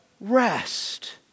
rest